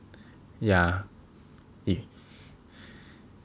yeah eh